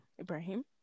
Ibrahim